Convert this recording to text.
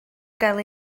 gael